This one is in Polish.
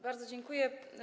Bardzo dziękuję.